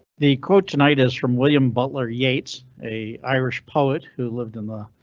the quote tonight is from william butler yeats, a irish poet who lived in the